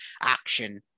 action